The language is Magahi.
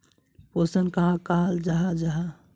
पोषण कहाक कहाल जाहा जाहा?